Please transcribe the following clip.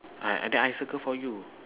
I I think I circle for you